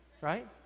Right